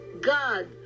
God